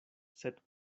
sed